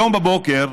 היום בבוקר